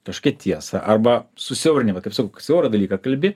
kažkokią tiesą arba susiaurinimą kaip sakau siaurą dalyką kalbi